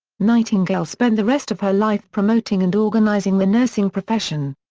nightingale spent the rest of her life promoting and organising the nursing profession.